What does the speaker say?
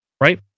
Right